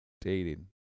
dating